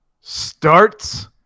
starts